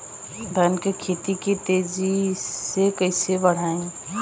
धान क खेती के तेजी से कइसे बढ़ाई?